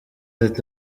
ati